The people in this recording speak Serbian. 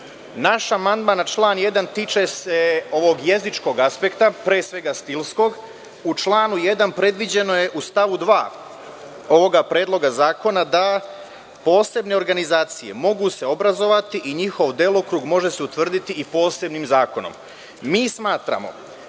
amandman na član 1. tiče se ovog jezičkog aspekta, pre svega stilskog. U članu 1. stav 2. predviđeno je da posebne organizacije mogu se obrazovati i njihov delokrug može se utvrditi i posebnim zakonom. Mi smatramo